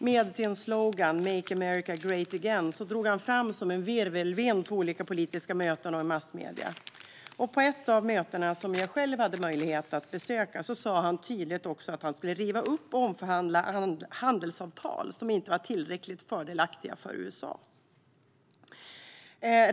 Med sin slogan "Make America Great Again" drog han fram som en virvelvind på olika politiska möten och i massmedier. På ett av mötena som jag själv hade möjlighet att besöka sa han tydligt att han skulle riva upp och omförhandla handelsavtal som inte var tillräckligt fördelaktiga för USA.